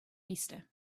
easter